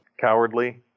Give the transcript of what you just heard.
cowardly